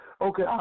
Okay